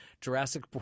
Jurassic